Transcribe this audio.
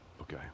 okay